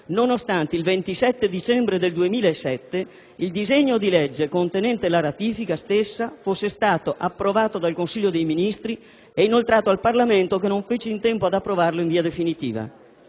nonostante il 27 dicembre 2007 il disegno di legge contenente la ratifica stessa fosse stato approvato dal Consiglio dei ministri e inoltrato al Parlamento che non fece in tempo ad approvarlo in via definitiva.